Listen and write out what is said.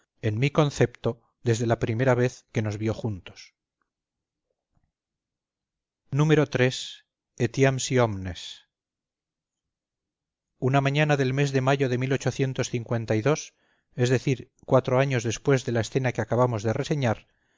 en mi concepto desde la primera vez que nos vio juntos iii etiamsi omnes una mañana del mes de mayo de es decir cuatro años después de la escena que acabamos de reseñar